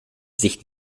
sich